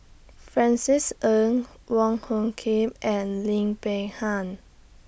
Francis Ng Wong Hung Khim and Lim Peng Han